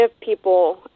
people